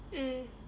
mm